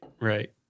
right